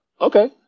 Okay